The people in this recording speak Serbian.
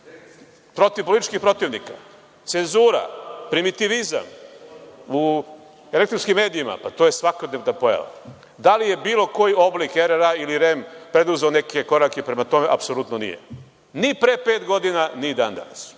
protiv političkih protivnika, cenzura, primitivizam u elektronskim medijima, to je svakodnevna pojava. Da li je bilo koji oblik RRA ili REM preduzeo neke korake prema tome? Apsolutno nijem, ni pre pet godina, ni dan danas. Imamo